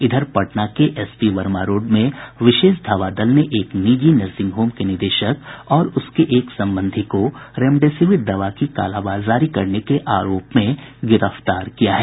इधर पटना के S P Verma road में विशेष धावा दल ने एक निजी नर्सिंग होम के निदेशक और उसके एक संबंधी को रेमडेसिविर दवा की कालाबाजारी के आरोप में गिरफ्तार किया है